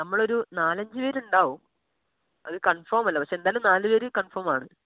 നമ്മൾ ഒരു നാലഞ്ച് പേരുണ്ട് അത് കൺഫർം പക്ഷെ എന്തായാലും നാലു പേര് കൺഫോമാണ്